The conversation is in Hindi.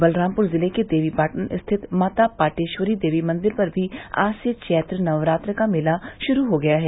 बलरामपुर जिले के देवीपाटन स्थित माता पाटेश्वरी देवी मंदिर पर भी आज से चैत्र नवरात्र का मेला शुरू हो गया है